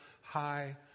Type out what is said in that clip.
high